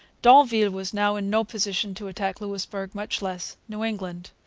d'anville was now in no position to attack louisbourg, much less new england.